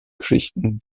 geschichten